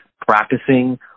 practicing